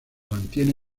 mantiene